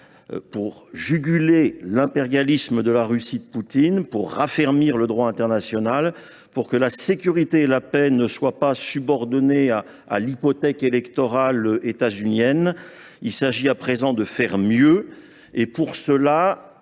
Pour juguler l’impérialisme de la Russie de Poutine, pour raffermir le droit international, pour que la sécurité et la paix ne soient pas subordonnées à l’hypothèque électorale étasunienne, il est temps de faire mieux et d’agir en